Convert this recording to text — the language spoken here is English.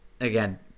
again